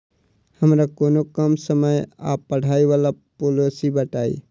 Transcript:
हमरा कोनो कम समय आ पाई वला पोलिसी बताई?